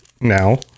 now